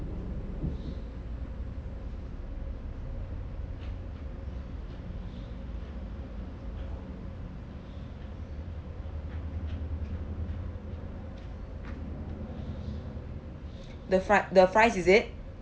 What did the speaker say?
the fri~ the fries is it